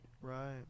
Right